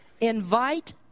invite